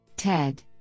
TED